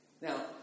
Now